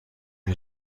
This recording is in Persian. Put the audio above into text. این